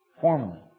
Formally